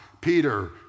Peter